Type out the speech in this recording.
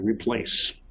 replace